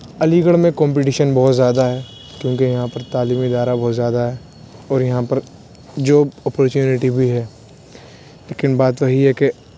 علی گڑھ میں کمپٹیشن بہت زیادہ ہے کیونکہ یہاں پر تعلیمی ادارہ بہت زیادہ ہے اور یہاں پر جو اپارچونٹی بھی ہے لیکن بات وہی ہے کہ